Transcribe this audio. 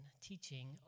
teaching